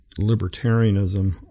libertarianism